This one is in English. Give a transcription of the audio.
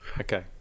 Okay